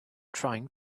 trying